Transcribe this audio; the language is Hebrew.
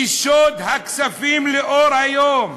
ושוד הכספים לאור היום,